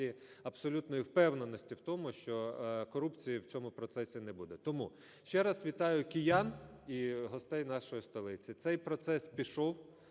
абсолютної впевненості в тому, що корупції в цьому процесі не буде. Тому ще раз вітаю киян і гостей нашої столиці. Цей процес пішов.